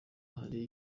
hari